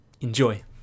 Enjoy